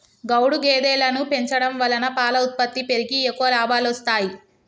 గౌడు గేదెలను పెంచడం వలన పాల ఉత్పత్తి పెరిగి ఎక్కువ లాభాలొస్తాయి